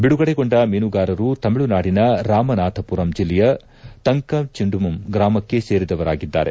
ಬಿಡುಗಡೆಗೊಂಡ ಮೀನುಗಾರರು ತಮಿಳುನಾಡಿನ ರಾಮನಾಥಪುರಂ ಜಿಲ್ಲೆಯ ತಂಕಚಿಮ್ದಂ ಗ್ರಾಮಕ್ಕೆ ಸೇರಿದವರಾಗಿದ್ದಾರೆ